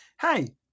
hey